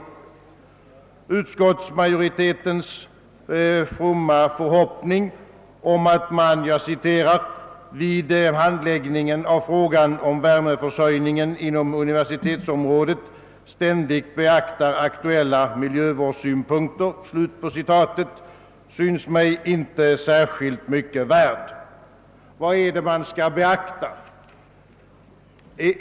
Utskottsmajoritetens fromma förhoppning om att man >»vid handläggningen av frågan om värmeförsörjningen inom universitetsområdet ständigt beaktar aktuella miljövårdssynpunkter» synes mig inte särskilt mycket värd. Vad är det man skall beakta?